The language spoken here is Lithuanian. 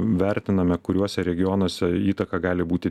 vertiname kuriuose regionuose įtaka gali būti